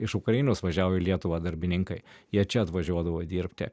iš ukrainos važiavo į lietuvą darbininkai jie čia atvažiuodavo dirbti